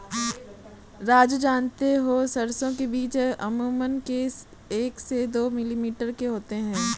राजू जानते हो सरसों के बीज अमूमन एक से दो मिलीमीटर के होते हैं